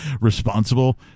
responsible